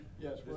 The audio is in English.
Yes